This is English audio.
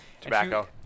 Tobacco